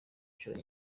inshuro